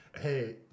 hey